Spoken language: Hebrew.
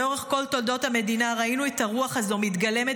לאורך כל תולדות המדינה ראינו את הרוח הזו מתגלמת